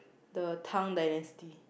the Tang dynasty